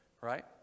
right